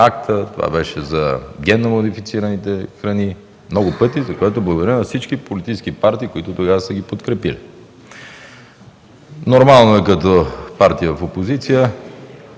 АКТА, това беше за генномодифицираните храни много пъти, за което благодаря на всички политически партии, които тогава са ги подкрепили. Нормално е като партия в опозиция